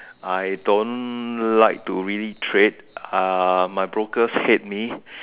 I don't like to really trade my brokers hate me